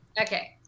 Okay